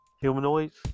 Humanoids